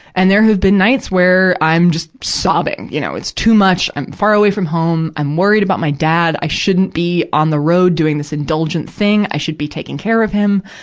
and there have been nights where i'm just sobbing. you know, it's too much. i'm far away from home, i'm worried about my dad, i shouldn't be on the road doing this indulgent this. i should be taking care of him.